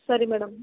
ಸರಿ ಮೇಡಮ್